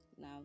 Now